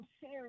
share